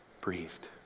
breathed